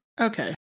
Okay